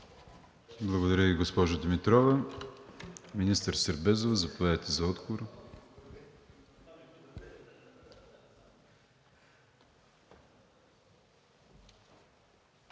Благодаря Ви, госпожо Димитрова. Министър Сербезова, заповядайте за отговор.